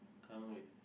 Kallang Wave